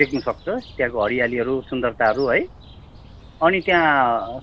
देख्नु सक्छ त्यहाँको हरियालीहरू सुन्दरताहरू है अनि त्यहाँ